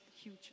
huge